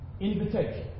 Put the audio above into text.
invitation